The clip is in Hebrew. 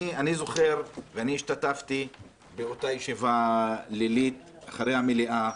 אני זוכר שהשתתפתי באותה ישיבה לילית אחרי המליאה,